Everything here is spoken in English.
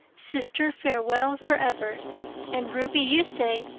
sister, farewell forever and ruby, you say,